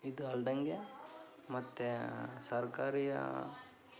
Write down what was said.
ಇದು ಅಲ್ದಂಗೆ ಮತ್ತೆ ಸರ್ಕಾರಿಯ